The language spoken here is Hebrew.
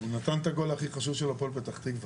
הוא נתן את הקול הכי חשוב של הפועל פתח תקווה.